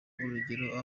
urugero